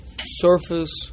surface